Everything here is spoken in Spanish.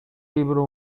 libro